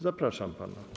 Zapraszam pana.